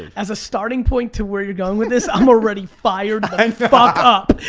as a starting point to where you're going with this, i'm already fired the fuck up!